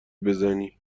بزنی